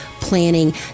planning